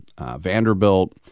Vanderbilt